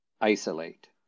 isolate